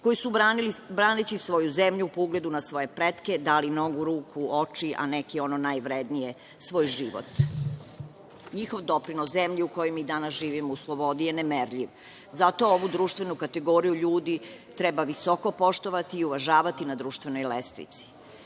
koji su braneći svoju zemlju, po ugledu na svoje pretke dali ruku, oči, a neki ono najvrednije, svoj život. NJihov doprinos zemlji u kojoj mi danas živimo u slobodi je nemerljiv. Zato ovu društvenu kategoriju ljudi treba visoko poštovati i uvažavati na društvenog lestvici. Videli